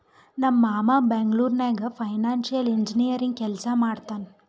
ನಮ್ ಮಾಮಾ ಬೆಂಗ್ಳೂರ್ ನಾಗ್ ಫೈನಾನ್ಸಿಯಲ್ ಇಂಜಿನಿಯರಿಂಗ್ ಕೆಲ್ಸಾ ಮಾಡ್ತಾನ್